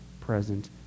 present